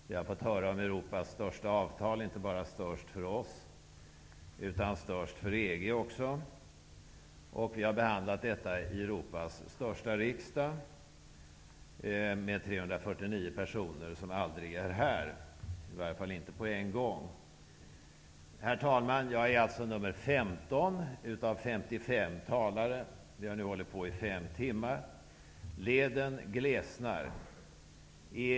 Vi har fått höra om Europas största avtal -- störst inte bara för oss utan också för EG -- och vi har behandlat detta i Europas största riksdag, med 349 personer, som aldrig är här, i varje fall inte på en gång. Herr talman! Jag är alltså nr 15 av 55 talare, och vi har nu hållit på i fem timmar. Leden glesnar.